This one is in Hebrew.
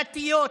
דתיות,